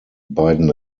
beiden